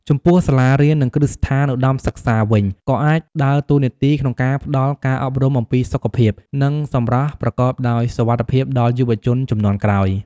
ចំពោះ សាលារៀន និងគ្រឹះស្ថានឧត្តមសិក្សាវិញ ក៏អាចដើរតួនាទីក្នុងការផ្តល់ការអប់រំអំពីសុខភាព និងសម្រស់ប្រកបដោយសុវត្ថិភាពដល់យុវជនជំនាន់ក្រោយ។